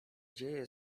dzieje